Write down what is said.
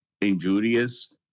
injurious